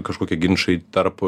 kažkokie ginčai tarp